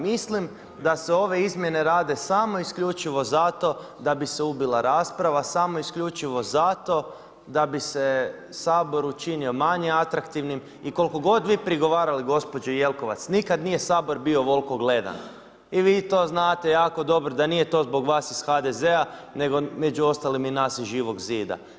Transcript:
Mislim da se ove izmjene rade samo i isključivo zato, da bi se ubila rasprava, samo isključivo zato da bi se Sabor učinio manje atraktivnim i koliko god vi prigovarali gospođo Jelkovac, nikada nije Sabor bio ovoliko gledan i vi to znate jako dobro, da nije to zbog vas iz HDZ-a nego i među ostaloga i nas iz Živog zida.